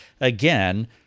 again